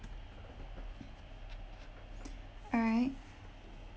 all right